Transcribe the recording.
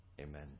Amen